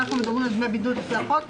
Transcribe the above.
אנחנו מדברים על דמי בידוד לפי החוק,